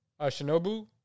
Shinobu